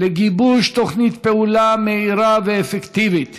ולגיבוש תוכנית פעולה מהירה ואפקטיבית